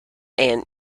and